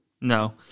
No